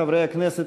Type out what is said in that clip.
חברי הכנסת,